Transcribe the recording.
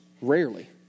Rarely